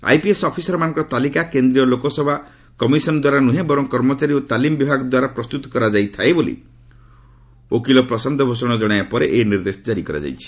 IPS ଅଫିସରମାନଙ୍କର ତାଲିକା କେନ୍ଦ୍ରୀୟ ଲୋକସଭା କମିଶନ୍ ଦ୍ୱାରା ନ୍ରହେଁ କର୍ମଚାରୀ ଓ ତାଲିମ୍ ବିଭାଗ ଦ୍ୱାରା ପ୍ରସ୍ତୁତ କରାଯାଇଥାଏ ବୋଲି ଓକିଲ ପ୍ରଶାନ୍ତ ଭୂଷଣ ଜଣାଇବା ପରେ ଏହି ନିର୍ଦ୍ଦେଶ ଜାରି କରାଯାଇଛି